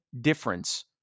difference